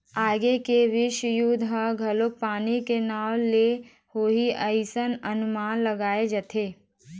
आगे के बिस्व युद्ध ह घलोक पानी के नांव ले होही अइसने अनमान लगाय जाथे